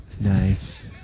Nice